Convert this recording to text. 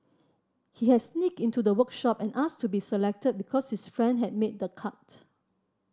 he had sneaked into the workshop and asked to be selected because his friend had made the cut